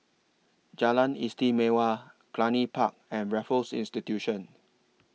Jalan Istimewa Cluny Park and Raffles Institution